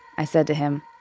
i said to him,